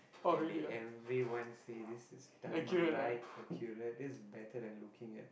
and they everyone say this is downright accurate this is better than looking at